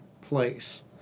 place